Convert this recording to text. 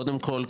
קודם כול,